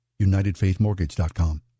UnitedFaithMortgage.com